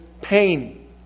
pain